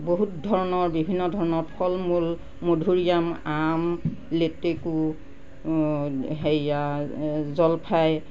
বহুত ধৰণৰ বিভিন্ন ধৰণৰ ফল মূল মধুৰি আম আম লেটেকু সেইয়া জলফাই